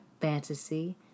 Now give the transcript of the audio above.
fantasy